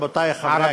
הפגנה זה רק ערבים.